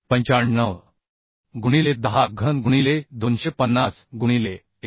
95 गुणिले 10 घन गुणिले 250 गुणिले 1